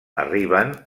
arriben